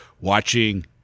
watching